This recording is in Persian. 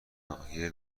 ناحیه